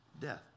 death